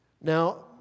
Now